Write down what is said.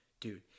dude